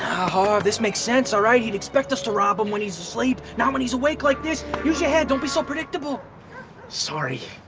haha. this makes sense alright, he'd expect us to rob him when he's asleep. not when he's awake like this use your head. don't be so predictable sorry,